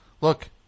Look